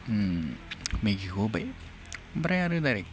मेगिखौ होबाय ओमफ्राय आरो डाइरेक्ट